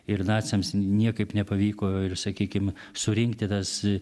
ir naciams niekaip nepavyko ir sakykim surinkti tas